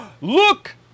Look